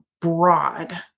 broad